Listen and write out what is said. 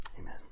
Amen